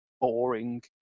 boring